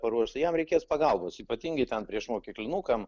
paruošt jam reikės pagalbos ypatingai ten priešmokyklinukam